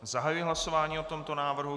Zahajuji hlasování o tomto návrhu.